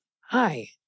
hi